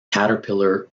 caterpillar